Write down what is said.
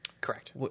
Correct